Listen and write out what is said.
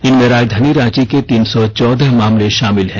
इनमें राजधानी रांची के तीन सौ चौदह मामले शामिल हैं